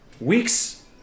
Weeks